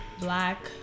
black